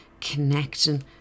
connecting